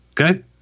Okay